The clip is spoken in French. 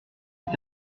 est